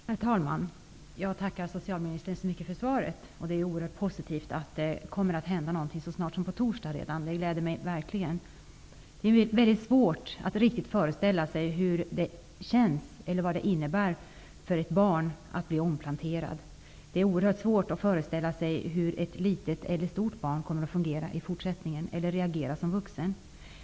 Herr talman! Jag tackar socialministern för svaret. Det är oerhört positivt att det kommer att hända någonting så snart som på torsdag. Det gläder mig verkligen. Det är mycket svårt att riktigt föreställa sig hur det känns eller vad det innebär för ett barn att bli omplanterat. Det är oerhört svårt att föreställa sig hur ett litet eller stort barn kommer att fungera i fortsättningen eller reagera som vuxen.